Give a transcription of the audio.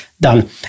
done